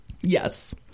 Yes